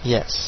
Yes